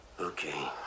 Okay